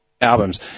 albums